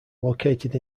located